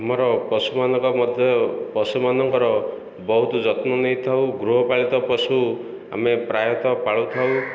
ଆମର ପଶୁମାନଙ୍କ ମଧ୍ୟ ପଶୁମାନଙ୍କର ବହୁତ ଯତ୍ନ ନେଇଥାଉ ଗୃହପାଳିତ ପଶୁ ଆମେ ପ୍ରାୟତଃ ପାଳୁଥାଉ